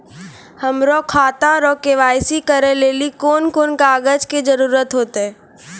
हमरो खाता रो के.वाई.सी करै लेली कोन कोन कागज के जरुरत होतै?